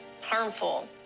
harmful